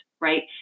right